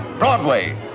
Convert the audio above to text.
Broadway